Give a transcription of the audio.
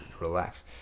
relax